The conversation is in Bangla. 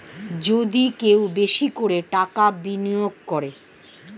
যদি কেউ বেশি করে টাকা বিনিয়োগ করে